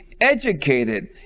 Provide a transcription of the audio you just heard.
educated